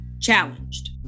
challenged